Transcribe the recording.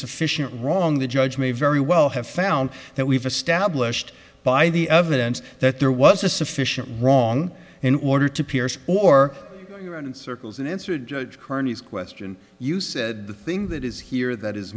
sufficient wrong the judge may very well have found that we've established by the evidence that there was a sufficient wrong in order to pierce or run in circles and answer judge kearney's question you said the thing that is here that is